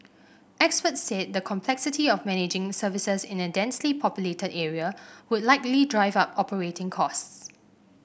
experts said the complexity of managing services in a densely populated area would likely drive up operating costs